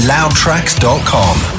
LoudTracks.com